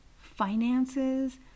finances